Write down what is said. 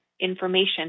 information